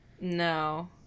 No